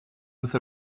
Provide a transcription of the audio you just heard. with